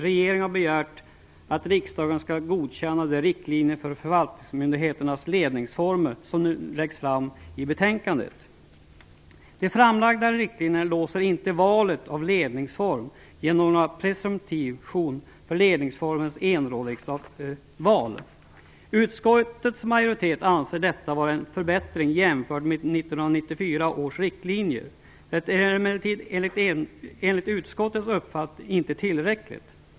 Regeringen har begärt att riksdagen skall godkänna de riktlinjer för förvaltningsmyndigheternas ledningsformer som nu läggs fram i betänkandet. De framlagda riktlinjerna låser inte valet av ledningsform genom presumption för enrådighetsverk. Utskottets majoritet anser detta vara en förbättring jämfört med 1994 års riktlinjer. Enligt utskottets uppfattning är det emellertid inte tillräckligt.